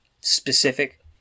specific